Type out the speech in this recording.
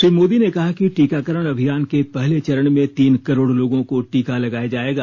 श्री मोदी ने कहा कि टीकाकरण अभियान के पहले चरण में तीन करोड़ लोगों को टीका लगाया जाएगा